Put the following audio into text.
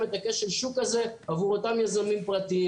את כשל השוק הזה עבור אותם יזמים פרטיים.